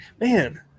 Man